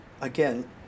again